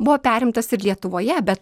buvo perimtas ir lietuvoje bet